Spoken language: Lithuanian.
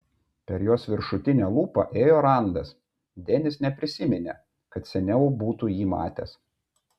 per jos viršutinę lūpą ėjo randas denis neprisiminė kad seniau būtų jį matęs